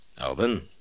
Alvin